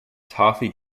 toffee